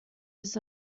his